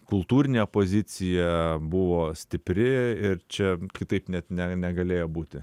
kultūrinė opozicija buvo stipri ir čia kitaip net ne negalėjo būti